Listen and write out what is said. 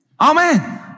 Amen